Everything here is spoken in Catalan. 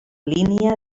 línia